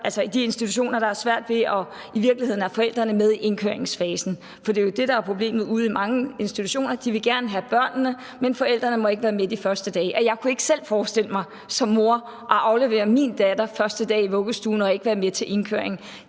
i de institutioner, der har svært ved i virkeligheden at have forældrene med i indkøringsfasen. For det, der er problemet ude i mange institutioner, er jo, at de gerne vil have børnene, men at forældrene ikke må være med de første dage. Jeg kunne ikke selv som mor forestille mig at aflevere min datter første dag i vuggestuen og ikke være med til indkøringen.